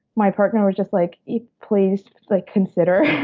my partner was just like, yeah please, like consider.